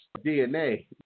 DNA